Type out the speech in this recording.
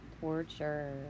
Torture